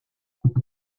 route